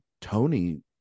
Tony